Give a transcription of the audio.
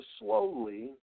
slowly